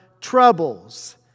troubles